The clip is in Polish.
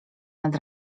nad